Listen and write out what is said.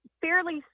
fairly